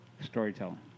storytelling